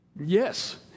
Yes